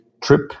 trip